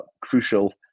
crucial